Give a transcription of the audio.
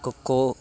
कोक्को